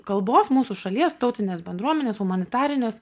kalbos mūsų šalies tautinės bendruomenės humanitarinės